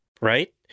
right